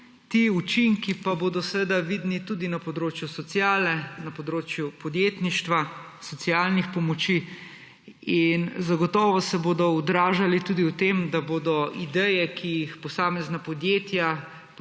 Ti učinki pa bodo vidni tudi na področju sociale, na področju podjetništva, socialnih pomoči. Zagotovo se bodo odražali tudi v tem, da bodo ideje, ki jih posamezna podjetja,